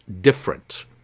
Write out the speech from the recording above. different